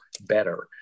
better